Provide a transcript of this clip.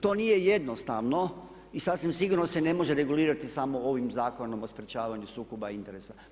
To nije jednostavno i sasvim sigurno se ne može regulirati samo ovim Zakonom o sprječavanju sukoba interesa.